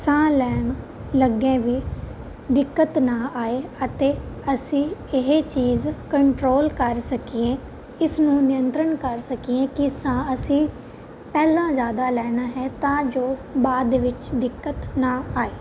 ਸਾਹ ਲੈਣ ਲੱਗੇ ਵੀ ਦਿੱਕਤ ਨਾ ਆਏ ਅਤੇ ਅਸੀਂ ਇਹ ਚੀਜ਼ ਕੰਟਰੋਲ ਕਰ ਸਕੀਏ ਇਸਨੂੰ ਨਿਯੰਤਰਨ ਕਰ ਸਕੀਏ ਕਿ ਸਾਹ ਅਸੀਂ ਪਹਿਲਾਂ ਜ਼ਿਆਦਾ ਲੈਣਾ ਹੈ ਤਾਂ ਜੋ ਬਾਅਦ ਦੇ ਵਿੱਚ ਦਿੱਕਤ ਨਾ ਆਏ